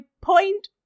point